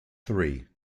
three